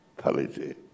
policy